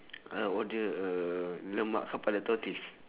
I'll order uh lemak kepala tortoise